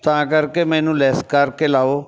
ਤਾਂ ਕਰਕੇ ਮੈਨੂੰ ਲੈੱਸ ਕਰਕੇ ਲਾਓ